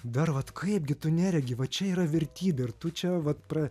dar vat kaipgi tu neregi va čia yra vertybė ir tu čia vat pra